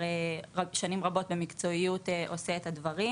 שנים רבות במקצועיות עושה את הדברים.